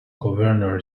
governor